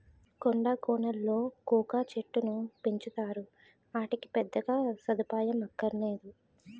కొండా కోనలలో కోకా చెట్టుకును పెంచుతారు, ఆటికి పెద్దగా సదుపాయం అక్కరనేదు